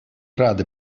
рады